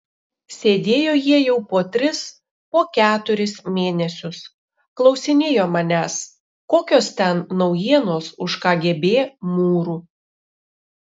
sėdėjo jie jau po tris po keturis mėnesius klausinėjo manęs kokios ten naujienos už kgb mūrų